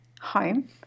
home